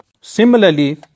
Similarly